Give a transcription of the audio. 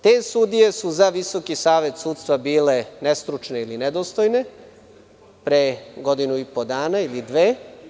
Te sudije su za Visoki savet sudstva bile nestručne ili nedostojne pre godinu i po dana ili dve.